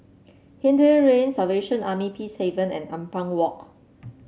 Hindhede Lane Salvation Army Peacehaven and Ampang Walk